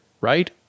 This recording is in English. right